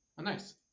nice